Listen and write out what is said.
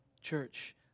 church